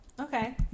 Okay